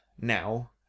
now